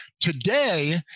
Today